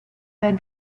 been